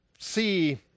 see